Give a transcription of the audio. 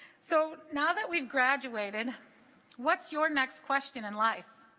so now that we've graduated what's your next question in life